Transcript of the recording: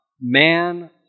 man